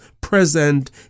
present